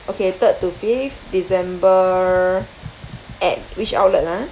okay third to fifth december at which outlet ah